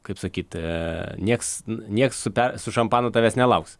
kaip sakyt nieks nieks su pe su šampanu tavęs nelauks